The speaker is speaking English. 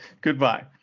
goodbye